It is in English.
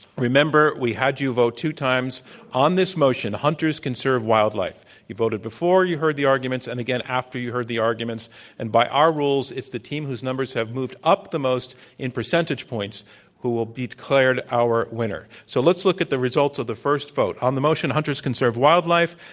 remember, we had you vote two times on this motion, hunters conserve wildlife. you voted before you heard the arguments and again after you heard the arguments and by our rules it's the team whose numbers have moved up the most in percentage points who will be declared our winner. so let's look at the results of the first vote. on the motion hunters conserve wildlife,